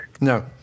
No